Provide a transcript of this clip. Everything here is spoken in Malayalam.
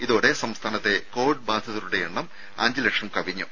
ഇതോടെ സംസ്ഥാനത്തെ കോവിഡ് ബാധിതരുടെ എണ്ണം അഞ്ച് ലക്ഷം കവിഞ്ഞു